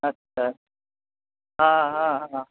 اچھا ہاں ہاں ہاں